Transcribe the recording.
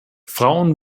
frauen